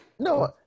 No